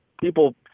people